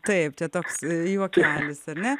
taip čia toks juokelis ar ne